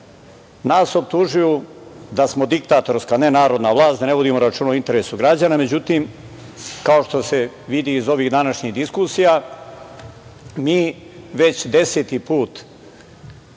optužuju da smo diktatorska, ne narodna vlast, da ne vodimo računa o interesu građana, međutim, kao što se vidi iz ovih današnjih diskusija, mi već deseti put